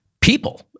people